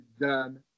done